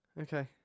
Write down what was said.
Okay